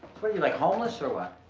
what are you, like homeless or what?